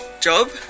job